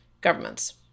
governments